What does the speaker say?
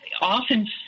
often